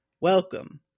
Welcome